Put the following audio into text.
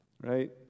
right